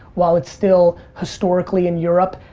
while it's still historically in europe,